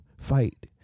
fight